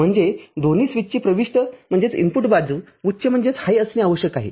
म्हणजे दोन्ही स्विचची प्रविष्ट बाजू उच्च असणे आवश्यक आहे